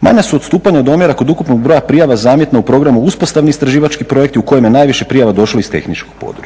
Manja su odstupanja od omjera kod ukupnog broja prijava zamjetna u programu uspostavni istraživački projekti u kojima je najviše prijava došlo ih tehničkog područja.